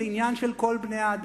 זה עניין של כל בני-האדם,